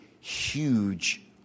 huge